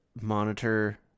Monitor